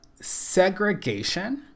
segregation